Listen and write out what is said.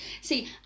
See